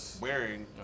wearing